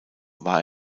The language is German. war